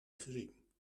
gezien